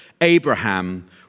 Abraham